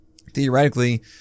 Theoretically